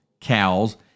cows